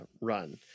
run